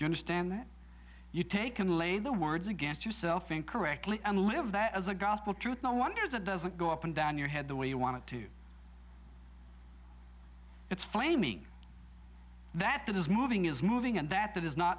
you understand that you take and lay the words against yourself incorrectly and live that as the gospel truth no wonder that doesn't go up and down your head the way you want to it's flaming that that is moving is moving and that that is not